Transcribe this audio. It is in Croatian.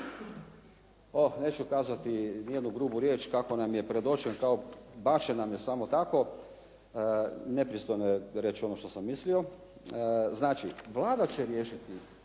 neću kazati ni jednu grubu riječ kako nam je predložen kao bačen nam je samo tako, nepostojno je reći ono što sam mislio. Znači, Vlada će riješiti